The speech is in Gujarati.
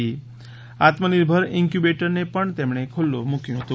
આત્મનિર્ભર ઇંકયુંબેટર ને પણ તેમણે ખુલ્લુ મૂક્યું હતું